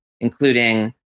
including